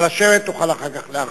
נא לשבת, תוכל אחר כך להרחיב.